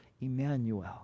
Emmanuel